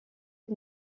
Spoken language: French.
les